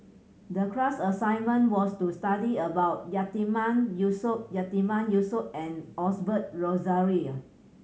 the class assignment was to study about Yatiman Yusof Yatiman Yusof and Osbert Rozario